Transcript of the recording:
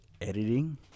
editing